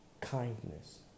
kindness